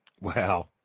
Wow